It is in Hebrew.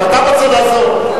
גם אתה רוצה לעזור,